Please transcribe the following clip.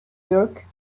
jerk